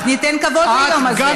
זה מה שאמרתי: אז ניתן כבוד ליום הזה.